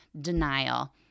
denial